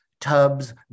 tubs